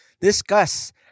discuss